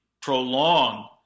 prolong